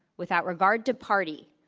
without regard to party,